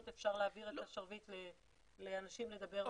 אפשר להעביר את השרביט לאנשים מהמשרד לדבר,